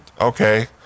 okay